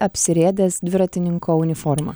apsirėdęs dviratininko uniforma